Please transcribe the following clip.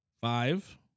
five